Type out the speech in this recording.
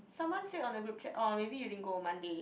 someone said on the group chat or maybe you din go Monday